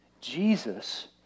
Jesus